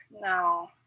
No